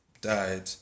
died